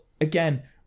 again